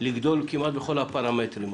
לגדול כמעט בכל הפרמטרים,